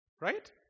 Right